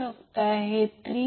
866 असेल ते 0 होईल